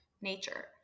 nature